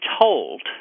told